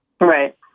Right